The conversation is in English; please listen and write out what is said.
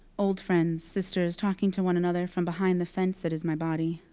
old friends, sisters talking to one another from behind the fence that is my body.